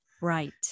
Right